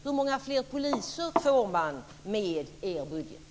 Hur många fler poliser får man med er budget?